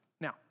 Now